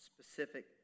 specific